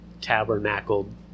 tabernacled